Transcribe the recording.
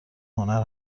هنر